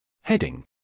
Heading